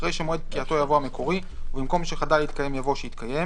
אחרי "שמועד פקיעתו" יבוא "המקורי" ובמקום "שחדל להתקיים"